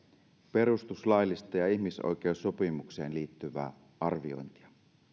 perustuslaillista ja ihmisoikeussopimukseen liittyvää arviointia